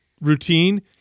routine